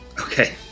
Okay